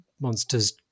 monsters